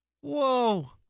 Whoa